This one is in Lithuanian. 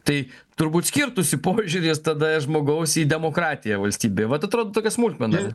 tai turbūt skirtųsi požiūris tada žmogaus į demokratiją valstybėj vat atrodo tokia smulkmena